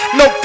no